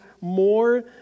more